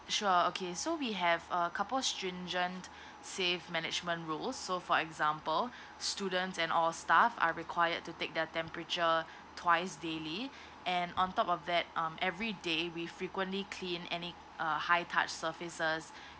sure okay so we have a couple stringent save management rules so for example students and all staff are required to take their temperature twice daily and on top of that um everyday we frequently clean any uh high touch surfaces